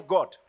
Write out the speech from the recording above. God